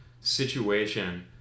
situation